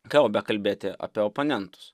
ką jau bekalbėti apie oponentus